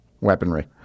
weaponry